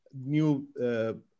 new